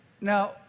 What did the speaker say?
Now